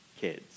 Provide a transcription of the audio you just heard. kids